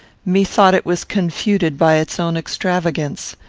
methought it was confuted by its own extravagance.